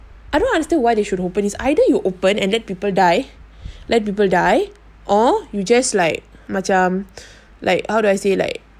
I don't understand why they should open is either you open ended and let people die let people die or you just like macam like how do I say like